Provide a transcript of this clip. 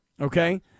Okay